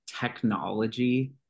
technology